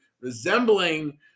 resembling